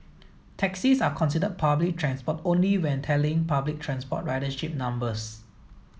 taxis are considered public transport only when tallying public transport ridership numbers